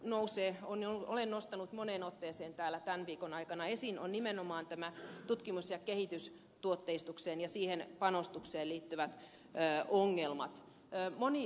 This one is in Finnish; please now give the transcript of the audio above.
asia minkä olen nostanut moneen otteeseen täällä tämän viikon aikana esiin on nimenomaan tutkimus ja kehitystyöhön ja tuotteistukseen ja siihen panostukseen liittyvät ongelmat